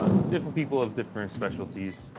ah different people have different specialties.